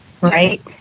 right